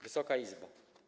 Wysoka Izbo!